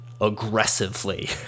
aggressively